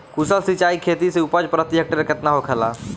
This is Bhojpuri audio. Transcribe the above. कुशल सिंचाई खेती से उपज प्रति हेक्टेयर केतना होखेला?